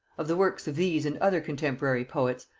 of the works of these and other contemporary poets,